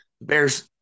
Bears